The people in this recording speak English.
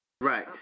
Right